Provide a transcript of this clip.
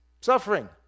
suffering